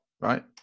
right